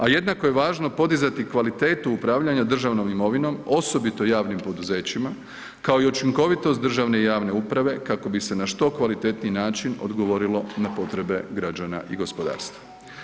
A jednako je važno podizati kvalitetu upravljanja državnom imovinom, osobito javnim poduzećima, kao i učinkovitost državne i javne uprave kako bi se na što kvalitetniji način odgovorilo na potrebe građana i gospodarstva.